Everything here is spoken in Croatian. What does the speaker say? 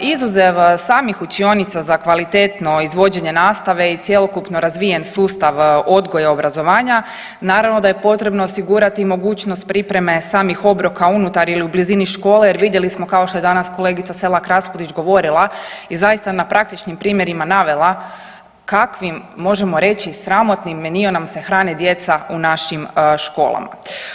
Izuzev samih učionica za kvalitetno izvođenje nastave i cjelokupno razvijen sustav odgoja i obrazovanja, naravno da je potrebno osigurati mogućnost pripreme samih obroka unutar ili u blizini škole jer vidjeli smo kao što je danas kolegica Selak RAspudić govorila i zaista na praktičnim primjerima navela kakvim možemo reći sramotnim menijem nam se hrane djeca u našim školama.